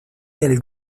del